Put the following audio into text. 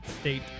state